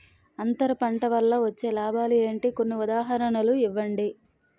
అంతర పంట వల్ల వచ్చే లాభాలు ఏంటి? కొన్ని ఉదాహరణలు ఇవ్వండి?